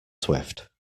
swift